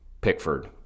Pickford